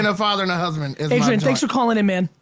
and father and a husband. adrian, thanks for calling in man.